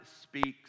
speaks